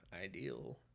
ideal